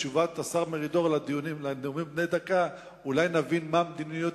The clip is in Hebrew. בתשובת השר מרידור לנאומים בני דקה אולי נבין מה מדיניות